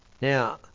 Now